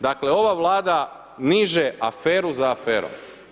Dakle ova Vlada niže aferu za aferom.